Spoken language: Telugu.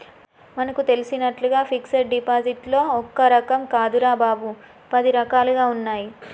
మనకు తెలిసినట్లుగా ఫిక్సడ్ డిపాజిట్లో ఒక్క రకం కాదురా బాబూ, పది రకాలుగా ఉన్నాయి